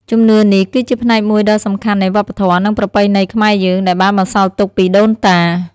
ជំនឿនេះគឺជាផ្នែកមួយដ៏សំខាន់នៃវប្បធម៌ និងប្រពៃណីខ្មែរយើង ដែលបានបន្សល់ទុកពីដូនតា។